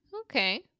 okay